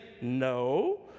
no